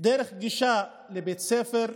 דרך גישה לבית ספר,